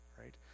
right